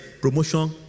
promotion